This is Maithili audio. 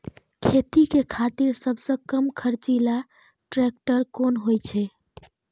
खेती के खातिर सबसे कम खर्चीला ट्रेक्टर कोन होई छै?